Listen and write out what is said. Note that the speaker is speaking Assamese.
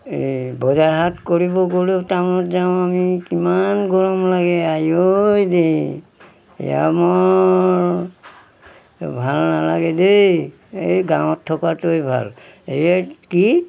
এই বজাৰ হাট কৰিব গ'লেও টাউনত যাওঁ আমি কিমান গৰম লাগে আয়ঐ দেহি এইয়া মোৰ ভাল নালাগে দেই এই গাঁৱত থকাটোৱে ভাল এইয়া কি